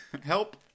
help